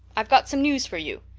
i've got some news for you.